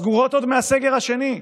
סגורות עוד מהסגר השני,